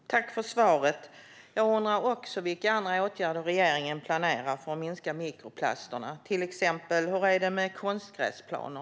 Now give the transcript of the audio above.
Fru talman! Tack för svaret! Jag undrar också vilka andra åtgärder som regeringen planerar för att minska mikroplasterna. Hur är det med till exempel konstgräsplaner?